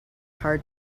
hard